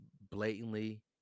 blatantly